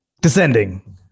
descending